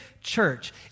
church